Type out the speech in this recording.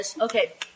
Okay